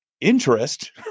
interest